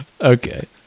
okay